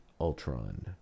Ultron